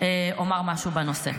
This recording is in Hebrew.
אני אומר משהו בנושא.